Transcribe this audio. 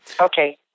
Okay